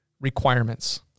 requirements